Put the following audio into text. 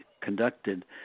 conducted